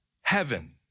heaven